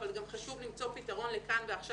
אבל חשוב למצוא פתרון לכאן ועכשיו.